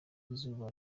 izuba